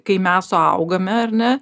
kai mes suaugame ar ne